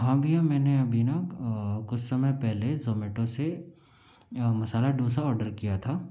हाँ भैया मैंने अभी न कुछ समय पहले जोमैटो से मसाला दोसा ऑर्डर किया था